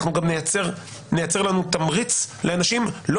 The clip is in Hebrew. אנחנו גם נייצר לנו תמריץ לאנשים לא